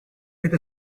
with